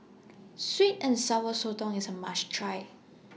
Sweet and Sour Sotong IS A must Try